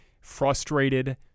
frustrated